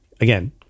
again